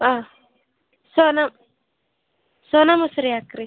ಹಾಂ ಸೋನ ಮಸೂರಿ ಹಾಕ್ರಿ